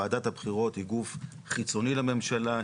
וועדת הבחירות היא גוף חיצוני לממשלה,